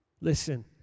Listen